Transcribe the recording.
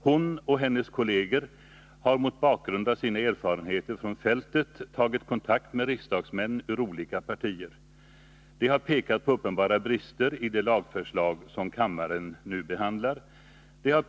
Hon och hennes kolleger har mot bakgrund av sina erfarenheter från fältet tagit kontakt med riksdagsmän ur olika partier. De har pekat på uppenbara brister i det lagförslag som kammaren nu behandlar. De har pekat på uppenbara brister i det lagförslag som kammaren nu behandlar.